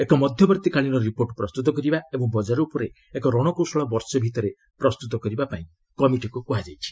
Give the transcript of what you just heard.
ଏକ ମଧ୍ୟବର୍ତ୍ତୀକାଳୀନ ରିପୋର୍ଟ ପ୍ରସ୍ତୁତ କରିବା ଓ ବଜାର ଉପରେ ଏକ ରଶକୌଶଳ ବର୍ଷେ ମଧ୍ୟରେ ପ୍ରସ୍ତୁତ କରିବାକୁ କମିଟିକୁ କୁହାଯାଇଛି